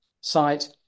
site